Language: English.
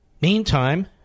Meantime